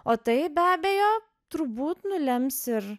o tai be abejo turbūt nulems ir